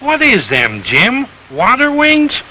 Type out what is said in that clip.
one of these damn jam water wings